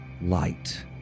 light